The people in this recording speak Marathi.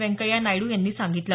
व्यंकय्या नायडू यांनी सांगितलं